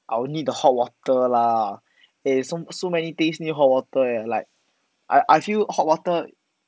I will need the hot water lah eh so so many thing need hot water eh like I I feel hot water